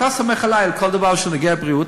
אתה סומך עלי בכל דבר שנוגע לבריאות,